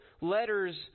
letters